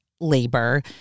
labor